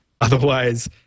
Otherwise